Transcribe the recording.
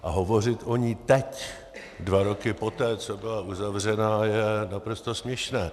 A hovořit o ní teď, dva roky poté, co byla uzavřena, je naprosto směšné.